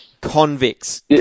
convicts